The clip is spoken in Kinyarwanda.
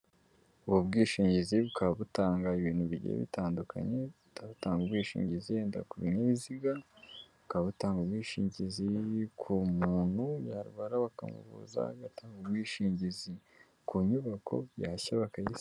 Ubu bwishingizi bukaba butanga ibintu bigiye bitandukanye, butanga ubwishingizi yenda ku binyabiziga, bukaba butanga ubwishingizi ku muntu yarwara bakamuvuza agatanga ubwishingizi ku nyubako yashya bakayisana.